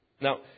Now